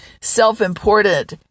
self-important